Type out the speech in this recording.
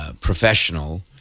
Professional